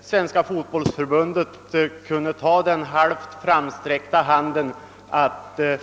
Svenska fotbollförbundet inte kunde ta den halvt framsträckta handen för att